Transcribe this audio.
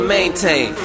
maintain